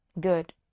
good